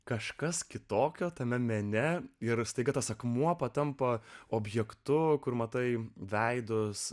kažkas kitokio tame mene ir staiga tas akmuo patampa objektu kur matai veidus